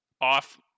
off